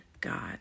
God